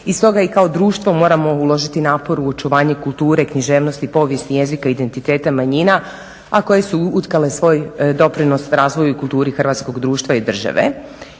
i stoga i kao društvo moramo uložiti napor u očuvanje kulture, književnosti, povijesti jezika identiteta manjina, a koje su utkale svoj doprinos razvoju kulturi hrvatskog društva i države